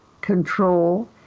control